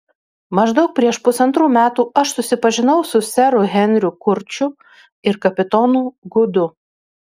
maždaug prieš pusantrų metų aš susipažinau su seru henriu kurčiu ir kapitonu gudu